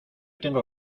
tengo